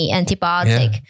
antibiotic